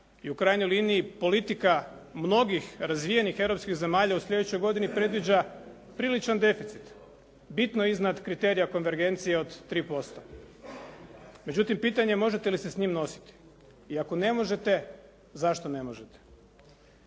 i u krajnjoj liniji politika mnogih razvijenih europskih zemalja u sljedećoj godini predviđa priličan deficit, bitno iznad kriterija konvergencije od 3%. Međutim, pitanje je možete li se s njim nositi i ako ne možete, zašto ne možete?